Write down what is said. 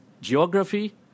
geography